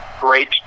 great